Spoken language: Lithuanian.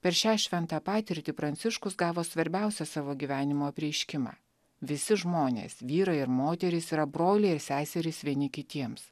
per šią šventą patirtį pranciškus gavo svarbiausią savo gyvenimo apreiškimą visi žmonės vyrai ir moterys yra broliai ir seserys vieni kitiems